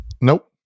Nope